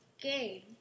game